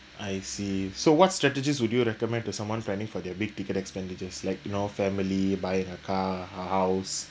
I see so what strategies would you recommend to someone planning for their big ticket expenditures like you know family buying a car a house